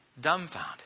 Dumbfounded